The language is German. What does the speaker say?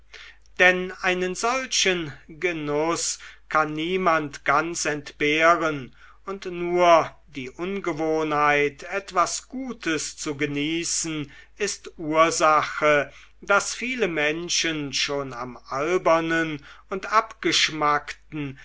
denn einen solchen genuß kann niemand ganz entbehren und nur die ungewohntheit etwas gutes zu genießen ist ursache daß viele menschen schon am albernen und abgeschmackten